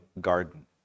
garden